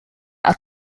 are